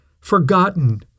forgotten